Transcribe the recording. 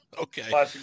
Okay